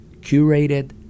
curated